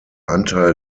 anteil